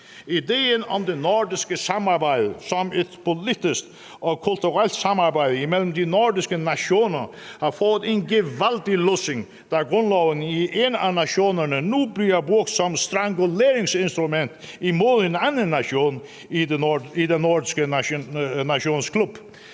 Ideen om det nordiske samarbejde som et politisk og kulturelt samarbejde mellem de nordiske nationer har fået en gevaldig lussing, da grundloven i en af nationerne nu bliver brugt som stranguleringsinstrument imod en anden nation i de nordiske nationers klub.